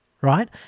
right